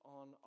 on